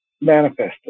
manifested